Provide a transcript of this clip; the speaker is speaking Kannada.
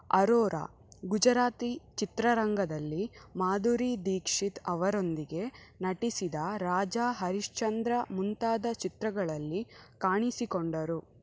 ಅರೋರಾ ಗುಜರಾತಿ ಚಿತ್ರರಂಗದಲ್ಲಿ ಮಾಧುರೀ ದೀಕ್ಷಿತ್ ಅವರೊಂದಿಗೆ ನಟಿಸಿದ ರಾಜಾ ಹರಿಶ್ಚಂದ್ರ ಮುಂತಾದ ಚಿತ್ರಗಳಲ್ಲಿ ಕಾಣಿಸಿಕೊಂಡರು